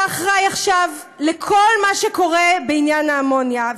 אתה אחראי עכשיו לכל מה שקורה בעניין האמוניה,